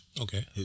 Okay